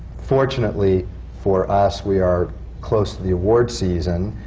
fortunately for us, we are close to the awards season,